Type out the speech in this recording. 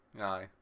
Aye